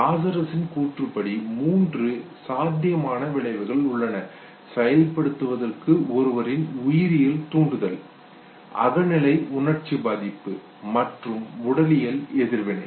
லாசரஸின் கூற்றுப்படி மூன்று சாத்தியமான விளைவுகள் உள்ளன செயல்படுவதற்கு ஒருவரின் உயிரியல் தூண்டுதல்கள் அகநிலை உணர்ச்சி பாதிப்பு மற்றும் உடலியல் எதிர்வினை